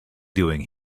doing